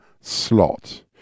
slot